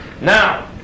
now